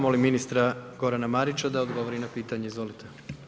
Molim ministra Gorana Marića, da odgovori na pitanje, izvolite.